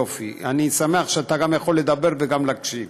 יופי, אני שמח שאתה יכול לדבר וגם להקשיב.